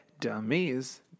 dummies